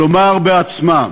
כלומר בעצמה.